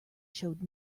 showed